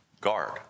guard